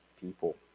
people